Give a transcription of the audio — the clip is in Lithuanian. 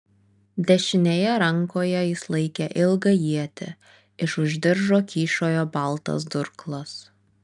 dešinėje rankoje jis laikė ilgą ietį iš už diržo kyšojo baltas durklas